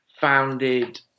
founded